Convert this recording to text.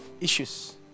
issues